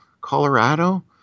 Colorado